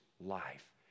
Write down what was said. life